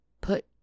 put